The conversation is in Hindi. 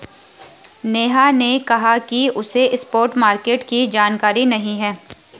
नेहा ने कहा कि उसे स्पॉट मार्केट की जानकारी नहीं है